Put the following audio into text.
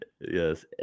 Yes